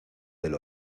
del